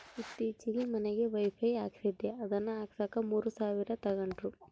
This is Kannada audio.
ಈತ್ತೀಚೆಗೆ ಮನಿಗೆ ವೈಫೈ ಹಾಕಿಸ್ದೆ ಅದನ್ನ ಹಾಕ್ಸಕ ಮೂರು ಸಾವಿರ ತಂಗಡ್ರು